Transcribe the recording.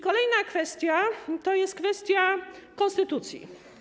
Kolejna kwestia to jest kwestia konstytucji.